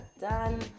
done